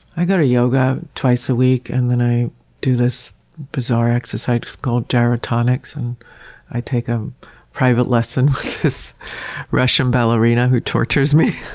i go to yoga twice a week, and then i do this bizarre exercise called gyrotonics and i take a private lesson with this russian ballerina who tortures me,